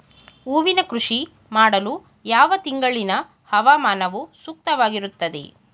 ಹೂವಿನ ಕೃಷಿ ಮಾಡಲು ಯಾವ ತಿಂಗಳಿನ ಹವಾಮಾನವು ಸೂಕ್ತವಾಗಿರುತ್ತದೆ?